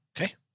Okay